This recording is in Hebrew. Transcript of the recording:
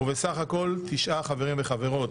סך הכול תשעה חברים וחברים.